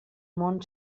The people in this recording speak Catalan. món